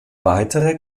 weitere